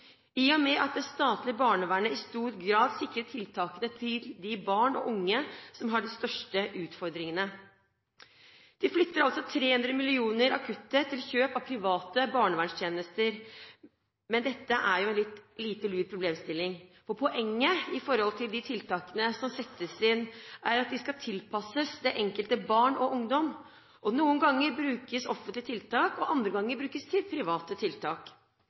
i og med at det statlige barnevernet i stor grad sikrer tiltakene til de barn og unge som har de største utfordringene. De flytter 300 mill. kr av kuttet til kjøp av private barnevernstjenester, men dette er en litt lite lur problemstilling. For poenget med de tiltakene som settes inn, er at de skal tilpasses det enkelte barn og den enkelte ungdom. Noen ganger brukes offentlige tiltak, andre ganger brukes private tiltak.